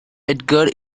edgar